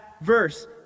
verse